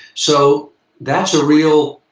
so that's a real.